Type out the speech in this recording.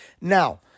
Now